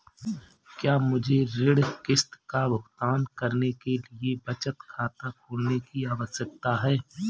क्या मुझे ऋण किश्त का भुगतान करने के लिए बचत खाता खोलने की आवश्यकता है?